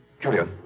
Julia